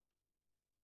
כל חודש